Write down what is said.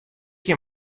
hjir